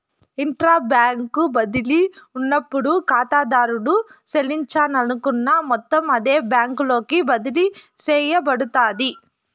intra bank బదిలీ ఉన్నప్పుడు కాతాదారుడు సెల్లించాలనుకున్న మొత్తం అదే బ్యాంకులోకి బదిలీ సేయబడతాది